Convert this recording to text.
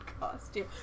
costume